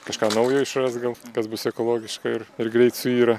kažką naujo išras gal kas bus ekologiška ir ir greit suyra